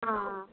ஆ